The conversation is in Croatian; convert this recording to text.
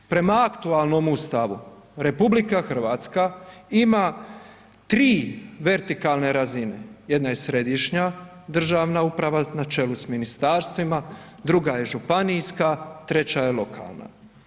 Prema aktualnom Ustavu, RH ima 3 vertikalne razine, jedna je središnja državna uprava, načelu s ministarstvima, 2. je županijska, 3. je lokalna.